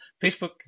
Facebook